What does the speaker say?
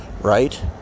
right